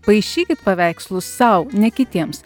paišykit paveikslus sau ne kitiems